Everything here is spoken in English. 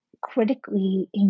critically